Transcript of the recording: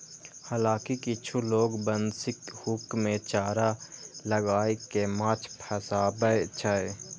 हालांकि किछु लोग बंशीक हुक मे चारा लगाय कें माछ फंसाबै छै